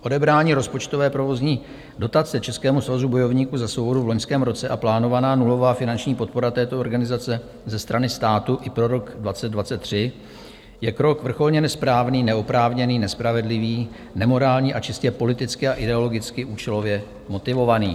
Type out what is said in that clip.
Odebrání rozpočtové provozní dotace Českému svazu bojovníků za svobodu v loňském roce a plánovaná nulová finanční podpora této organizace ze strany státu i pro rok 2023 je krok vrcholně nesprávný, neoprávněný, nespravedlivý, nemorální a čistě politicky a ideologicky účelově motivovaný.